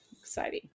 Exciting